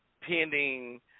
pending